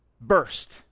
burst